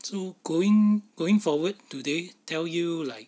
so going going forward do they tell you like